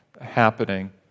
happening